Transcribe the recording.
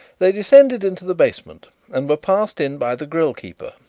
they descended into the basement and were passed in by the grille-keeper,